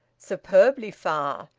superbly far,